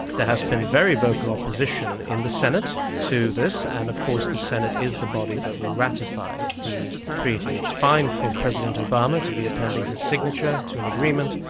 has been very vocal opposition in the senate to this, and of course the senate is the body that will ratify the treaty. it's fine for president obama to be appending his signature to an agreement,